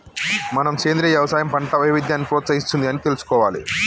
మనం సెంద్రీయ యవసాయం పంట వైవిధ్యాన్ని ప్రోత్సహిస్తుంది అని తెలుసుకోవాలి